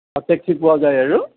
taxi পোৱা যায় আৰু